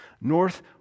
North